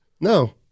No